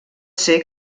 ser